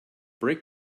brake